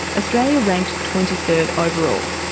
australia ranked twenty third overall.